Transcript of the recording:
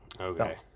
okay